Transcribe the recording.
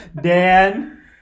Dan